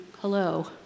hello